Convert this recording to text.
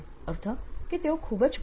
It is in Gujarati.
અર્થ એ કે તેઓ ખૂબ જ ખુશ છે